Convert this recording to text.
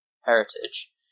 heritage